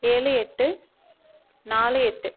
ஏழு எட்டு நாலு எட்டு